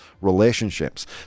relationships